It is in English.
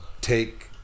take